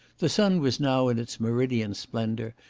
the sun was now in its meridian splendour,